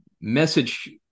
message